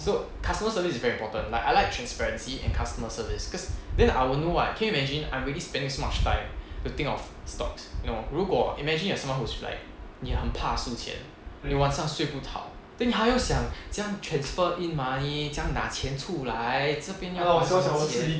so customer service very important like I like transparency and customer service cause then I will know [what] can you imagine I'm already spending so much time to think of stocks you know 如果 imagine you are someone who's like 你很怕输钱 and 你晚上睡不好 then 你还要想怎样 transfer in money 怎样拿钱出来这边又要想钱